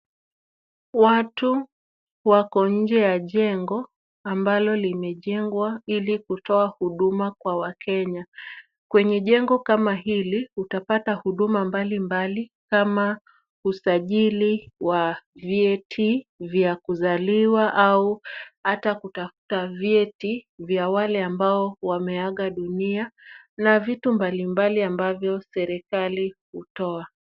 Watu wako nje ya jengo ambalo limejengewa ili kutoa huduma kwa wakenya. Kwenye jengo kama hili utapata huduma mbalimbali kama usajili wa vyeti vya kuzaliwa au hata kutafuta vyeti vya wale ambao wameaga dunia na vitu mbalimbali ambavyo serikali hutoa.